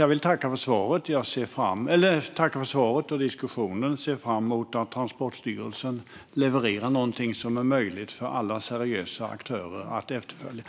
Jag vill tacka för svaret och diskussionen, och jag ser fram emot att Transportstyrelsen levererar någonting som är möjligt för alla seriösa aktörer att efterfölja.